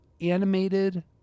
animated